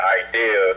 idea